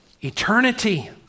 eternity